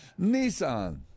Nissan